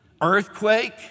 Earthquake